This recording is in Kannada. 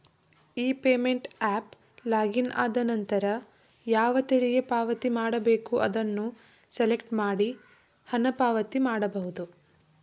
ಇ ಪೇಮೆಂಟ್ ಅಫ್ ಲಾಗಿನ್ ಆದನಂತರ ಯಾವ ತೆರಿಗೆ ಪಾವತಿ ಮಾಡಬೇಕು ಅದನ್ನು ಸೆಲೆಕ್ಟ್ ಮಾಡಿ ಹಣ ಪಾವತಿ ಮಾಡಬಹುದು